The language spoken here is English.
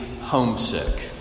homesick